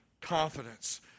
confidence